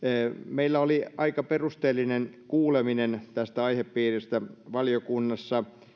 meillä oli aika perusteellinen kuuleminen tästä aihepiiristä valiokunnassa